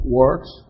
works